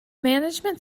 management